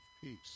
peace